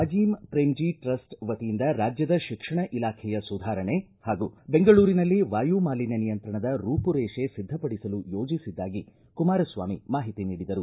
Azim Premji trust ವತಿಯಿಂದ ರಾಜ್ಯದ ಶಿಕ್ಷಣ ಇಲಾಖೆಯ ಸುಧಾರಣೆ ಹಾಗೂ ಬೆಂಗಳೂರಿನಲ್ಲಿ ವಾಯು ಮಾಲಿನ್ಯ ನಿಯಂತ್ರಣದ ರೂಪುರೇಷೆ ಸಿದ್ದಪಡಿಸಲು ಯೋಜಿಸಿದ್ದಾಗಿ ಕುಮಾರಸ್ವಾಮಿ ಮಾಹಿತಿ ನೀಡಿದರು